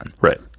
Right